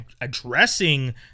addressing